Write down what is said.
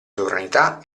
sovranità